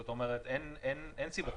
זאת אומרת, אין סיבתיות.